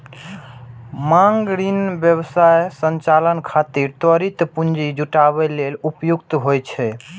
मांग ऋण व्यवसाय संचालन खातिर त्वरित पूंजी जुटाबै लेल उपयुक्त होइ छै